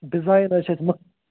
design حظ چھِ اَسہِ مخ